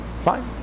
Fine